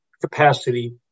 capacity